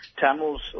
Tamils